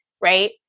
right